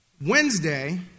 Wednesday